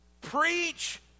Preach